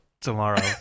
tomorrow